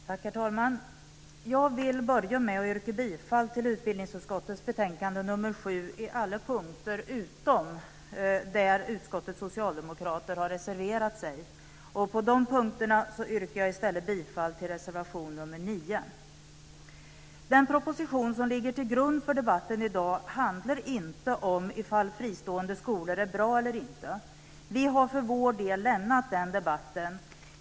Herr talman! Jag vill börja med att yrka bifall till utbildningsutskottets förslag i betänkande nr 7 beträffande alla punkter utom dem där utskottets socialdemokrater har reserverat sig. När det gäller dessa punkter yrkar jag i stället bifall till reservation nr 9. Den proposition som ligger till grund för debatten i dag handlar inte om ifall fristående skolor är bra eller inte. Vi har för vår del lämnat den debatten.